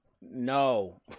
No